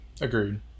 Agreed